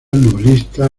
novelista